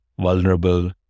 vulnerable